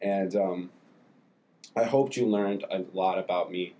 and i hope you learned a lot about me